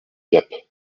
gap